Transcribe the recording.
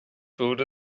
food